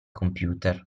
computer